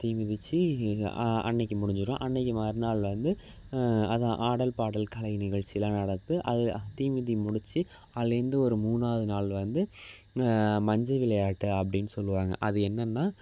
தீ மிதித்து அன்னைக்கு முடிஞ்சுரும் அன்னைக்கு மறுநாள் வந்து அதுதான் ஆடல் பாடல் காலை நிகழ்ச்சியெலாம் நடந்து அதுதான் தீ மிதி முடித்து அதிலேருந்து ஒரு மூணாவது நாள் வந்து மஞ்சள் விளையாட்டு அப்படின்நு சொல்லுவாங்க அது என்னென்னா